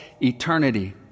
eternity